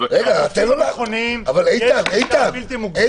לגופים הביטחוניים יש גישה בלתי מוגבלת --- רגע,